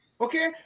Okay